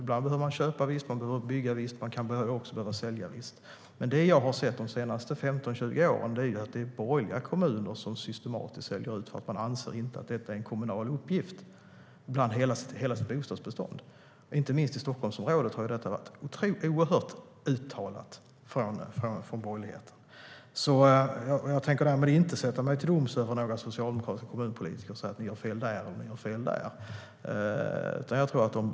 Ibland behöver man köpa, bygga eller sälja, men det jag har sett de senaste 15-20 åren är att det är borgerliga kommuner som systematiskt säljer ut eftersom de inte anser att bostadsbyggande är en kommunal uppgift. Ibland är det fråga om hela bostadsbeståndet. Inte minst i Stockholmsområdet har detta varit oerhört uttalat från borgerligheten. Jag tänker därmed inte sätta mig till doms över några socialdemokratiska kommunpolitiker och säga att de har fel där eller där.